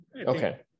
Okay